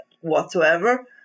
whatsoever